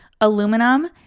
aluminum